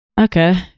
okay